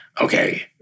Okay